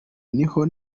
niho